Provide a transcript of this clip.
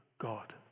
God